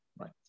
right